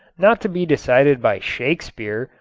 not to be decided by shakespeare,